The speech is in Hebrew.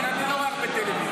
אני לא רואה הרבה טלוויזיה,